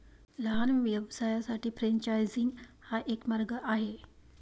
लहान व्यवसायांसाठी फ्रेंचायझिंग हा एक मार्ग आहे